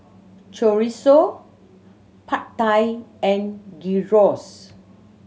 Chorizo Pad Thai and Gyros